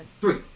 Three